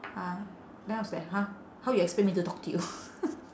uh then I was like !huh! how you expect me to talk to you